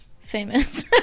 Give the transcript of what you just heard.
famous